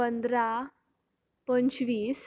पंदरा पंचवीस